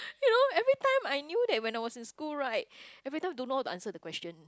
you know every time I knew that when I was in school right every time don't know how to answer the question